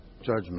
judgment